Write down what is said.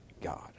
God